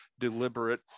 deliberate